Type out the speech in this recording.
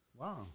Wow